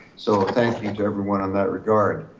so thank you to everyone on that regard.